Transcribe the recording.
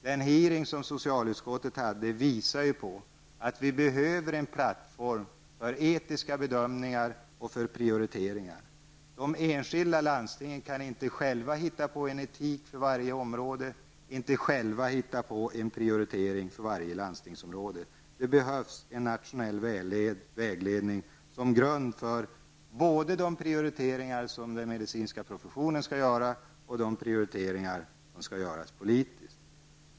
Den utfrågning som socialutskottet hade visar ju att det behövs en plattform för etiska bedömningar och prioriteringar. De enskilda landstingen kan inte själva hitta på en etik på varje område och inte heller själva hitta på en prioritering för varje landstingsområde. Det behövs en nationell vägledning som grund för både de prioriteringar som den medicinska professionen skall göra och det som skall göras politiskt.